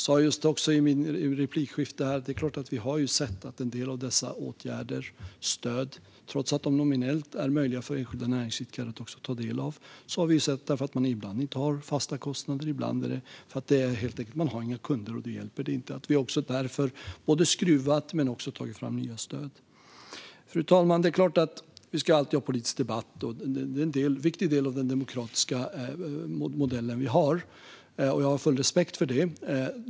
Jag sa tidigare att vi har sett att enskilda näringsidkare inte har kunnat söka vissa stöd och åtgärder, trots att dessa nominellt är möjliga att ta del av, därför att de ibland inte har fasta kostnader och ibland inte har några kunder. Då hjälper det inte, och det är därför vi har både skruvat och tagit fram nya stöd. Fru talman! Det är klart att vi alltid ska ha politisk debatt. Det är en viktig del av den demokratiska modell vi har, och jag har full respekt för det.